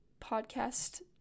podcast